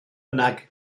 bynnag